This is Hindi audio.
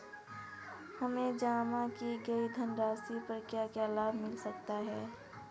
हमें जमा की गई धनराशि पर क्या क्या लाभ मिल सकता है?